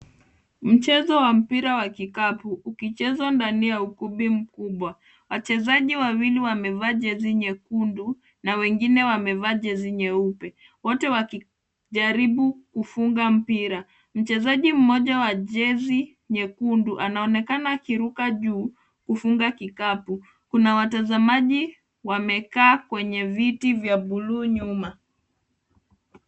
Mchezo wa mpira wa kikapu ukicheswa ndani ya ukumbi mkubwa, wachezaji wawili wamevaa jezi nyekundu na wengine wamevaa jezi nyeupe wote wakijaribu kufunga mpira, mchezaji moja wa jezi nyekundu anaonekana akiruka juu kufunga kikapu, kuna watazamaji wamekaa kwenye viti vya bluu nyuma.